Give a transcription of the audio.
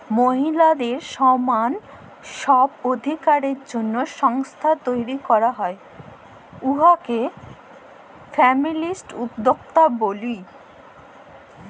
মহিলাদের ছমাল ছব অধিকারের জ্যনহে সংস্থা তৈরি ক্যরা হ্যয় উয়াকে ফেমিলিস্ট উদ্যক্তা ব্যলি